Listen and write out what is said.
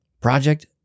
Project